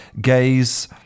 gaze